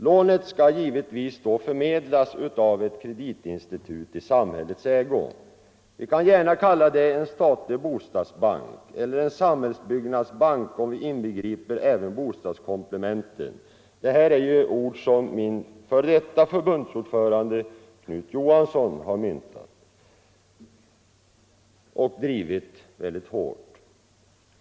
Lånet skall givetvis då förmedlas av ett kreditinstitut i samhällets ägo. Vi kan gärna kalla det en statlig bostadsbank eller en samhällsbyggnadsbank, om vi inbegriper även bostadskomplementet. Det här är ju uttryck som min f. d. förbundsordförande Knut Johansson myntat och en fråga han drivit väldigt hårt.